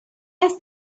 asked